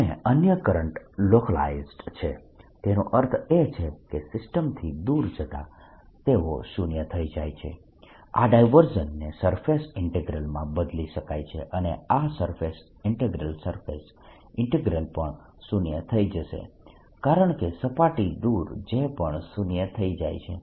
અને અન્ય current localized છે તેનો અર્થ એ છે કે સિસ્ટમથી દૂર જતા તેઓ શૂન્ય થઇ જાય છે આ ડાયવર્જન્સને સરફેસ ઈન્ટીગ્રલ માં બદલી શકાય છે અને આ સરફેસ ઈન્ટીગ્રલસરફેસ ઈન્ટીગ્રલ પણ શૂન્ય થઇ જશે કારણકે સપાટીથી દૂર J પણ શૂન્ય થઈ જાય છે